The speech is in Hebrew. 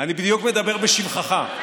אני בדיוק מדבר בשבחך.